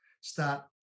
Start